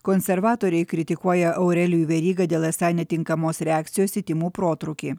konservatoriai kritikuoja aurelijų verygą dėl esą netinkamos reakcijos į tymų protrūkį